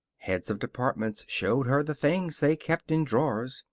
heads of departments showed her the things they kept in drawers,